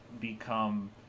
become